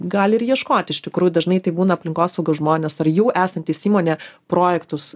gali ir ieškoti iš tikrųjų dažnai tai būna aplinkosaugos žmonės ar jau esantys įmonėje projektus